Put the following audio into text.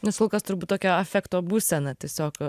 nes kol kas turbūt tokia afekto būsena tiesiog